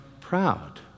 proud